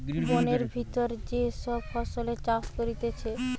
বোনের ভিতর যে সব ফসলের চাষ করতিছে